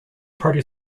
party